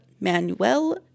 Manuel